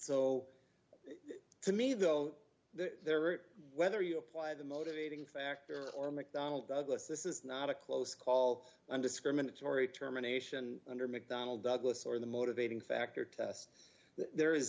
so to me though there are whether you apply the motivating factor or mcdonnell douglas this is not a close call and discriminatory terminations under mcdonnell douglas or the motivating factor test that there is